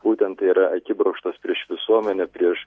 būtent tai yra akibrokštas prieš visuomenę prieš